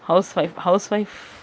house wife house wife